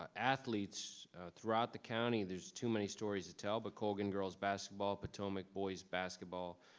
ah athletes throughout the county there's too many stories to tell. but colgan girls basketball potomac boys basketball,